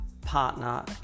partner